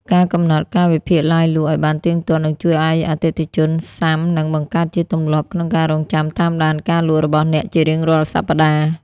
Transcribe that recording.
ការកំណត់ កាលវិភាគឡាយលក់ ឱ្យបានទៀងទាត់ នឹងជួយឱ្យអតិថិជនស៊ាំ និងបង្កើតជាទម្លាប់ក្នុងការរង់ចាំតាមដានការលក់របស់អ្នកជារៀងរាល់សប្ដាហ៍។